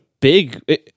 big